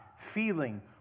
feeling